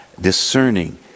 discerning